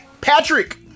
Patrick